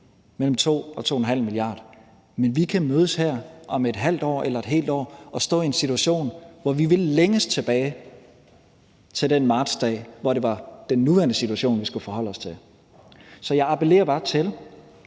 mellem 2 mia. og 2,5 mia. kr. – men vi kan mødes her om et halvt år eller om et helt år og stå i en situation, hvor vi vil længes tilbage til den martsdag, hvor det var den nuværende situation, vi skulle forholde os til. Og det er ikke for